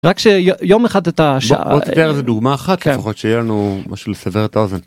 רק שיהיה יום אחד את השעה. בוא תיתן איזה דוגמא אחת לפחות, שיהיה לנו משהו לסבר את האוזן.